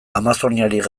amazoniarik